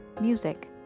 Music